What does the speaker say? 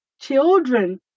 Children